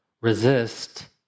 Resist